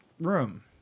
room